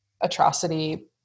atrocity